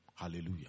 Hallelujah